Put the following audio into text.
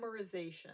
memorization